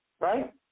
Right